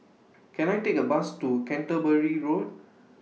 Can I Take A Bus to Canterbury Road